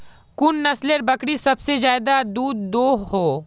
कुन नसलेर बकरी सबसे ज्यादा दूध दो हो?